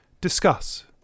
discuss